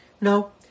No